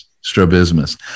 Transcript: Strabismus